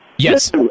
Yes